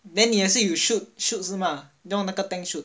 then 你也是有 shoot shoot 是吗用那个 tank shoot